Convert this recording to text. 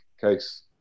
case